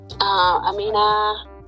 Amina